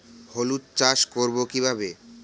হলুদ চাষ করব কিভাবে?